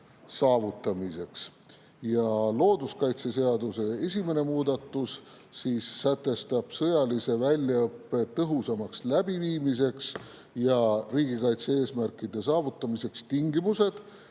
saavutamiseks. Looduskaitseseaduse esimene muudatus sätestab sõjalise väljaõppe tõhusamaks läbiviimiseks ja riigikaitse-eesmärkide saavutamiseks tingimused,